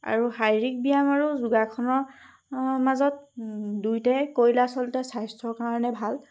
আৰু শাৰীৰিক ব্যায়াম আৰু যোগাসনৰ মাজত দুয়োটাই কৰিলে আচলতে স্বাস্থ্যৰ কাৰণে ভাল